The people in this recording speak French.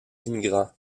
immigrants